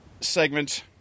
segment